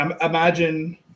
imagine